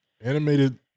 Animated